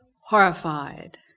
horrified